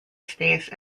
space